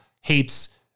hates